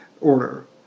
order